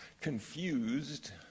confused